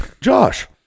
Josh